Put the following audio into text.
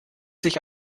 sich